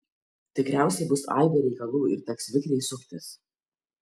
tikriausiai bus aibė reikalų ir teks vikriai suktis